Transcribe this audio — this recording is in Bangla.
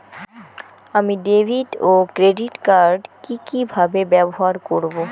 আমি ডেভিড ও ক্রেডিট কার্ড কি কিভাবে ব্যবহার করব?